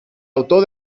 autor